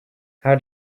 how